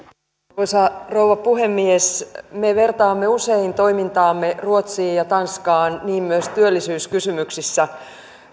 arvoisa rouva puhemies me vertaamme usein toimintaamme ruotsiin ja ja tanskaan niin myös työllisyyskysymyksissä